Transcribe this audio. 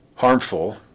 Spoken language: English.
Harmful